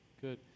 good